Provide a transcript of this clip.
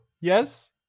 Yes